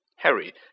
Harry